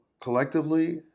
collectively